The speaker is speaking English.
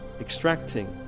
Extracting